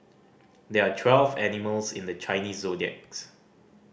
there are twelve animals in the Chinese zodiacs